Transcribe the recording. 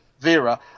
Vera